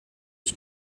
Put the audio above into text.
ich